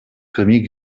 camí